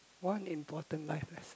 one important life lesson